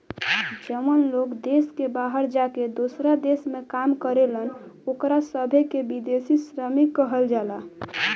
जवन लोग देश के बाहर जाके दोसरा देश में काम करेलन ओकरा सभे के विदेशी श्रमिक कहल जाला